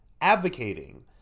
advocating